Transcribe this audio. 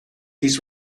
his